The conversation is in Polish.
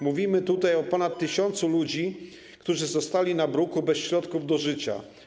Mówimy tutaj o ponad tysiącu ludzi, którzy zostali na bruku bez środków do życia.